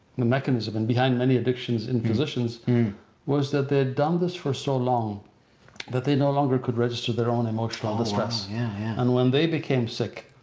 the mechanism and behind many addictions in physicians was that they'd done this for so long that they no longer could register their own emotional distress. yeah. and when they became sick,